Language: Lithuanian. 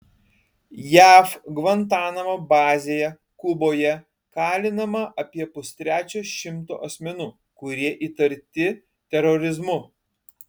jav gvantanamo bazėje kuboje kalinama apie pustrečio šimto asmenų kurie įtarti terorizmu